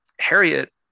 Harriet